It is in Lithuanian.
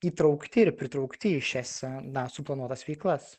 įtraukti ir pritraukti į šias na suplanuotas veiklas